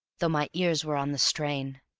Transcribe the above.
though my ears were on the strain.